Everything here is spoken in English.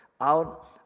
out